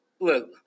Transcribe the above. look